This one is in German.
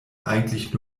eigentlich